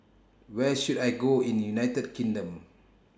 Where should I Go in United Kingdom